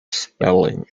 spelling